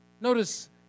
Notice